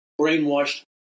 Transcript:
brainwashed